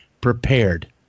prepared